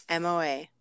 MOA